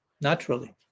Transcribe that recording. naturally